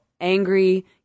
angry